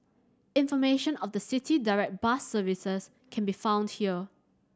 information of the City Direct bus services can be found here